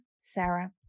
Sarah